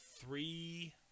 three